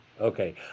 okay